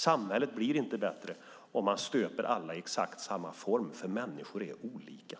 Samhället blir inte bättre om man stöper alla i exakt samma form. Människor är olika.